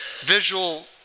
visual